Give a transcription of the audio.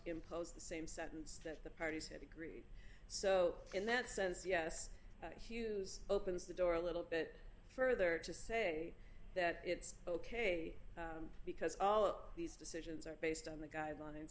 impose the same sentence that the parties had agreed so in that sense yes hughes opens the door a little bit further to say that it's ok because all these decisions are based on the guidelines